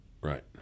Right